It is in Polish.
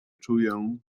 czuję